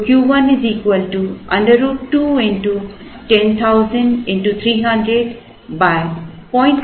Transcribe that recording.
तो Q 1 √ 2 x 10000 x 300 032 x 20